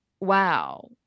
wow